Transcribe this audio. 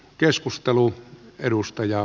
keskustelu edustaja